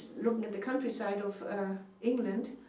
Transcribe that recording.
looking at the countryside of england.